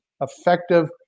effective